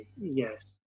Yes